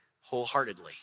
wholeheartedly